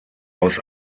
aus